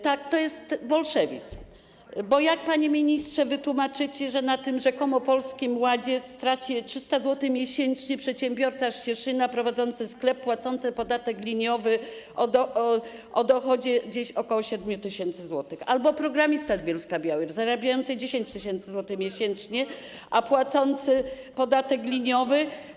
Tak, to jest bolszewizm, bo jak, panie ministrze, wytłumaczycie, że na tym rzekomo Polskim Ładzie straci 300 zł miesięcznie przedsiębiorca z Cieszyna prowadzący sklep, płacący podatek liniowy, o dochodzie ok. 7 tys. zł albo programista z Bielska-Białej zarabiający 10 tys. zł miesięcznie, a płacący podatek liniowy.